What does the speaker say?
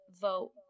vote